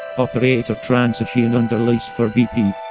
operator transocean under lease for bp